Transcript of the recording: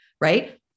right